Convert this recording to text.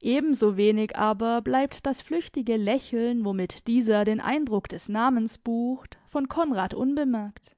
ebensowenig aber bleibt das flüchtige lächeln womit dieser den eindruck des namens bucht von konrad unbemerkt